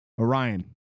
Orion